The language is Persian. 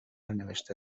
نوشته